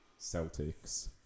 Celtics